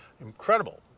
Incredible